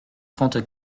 trente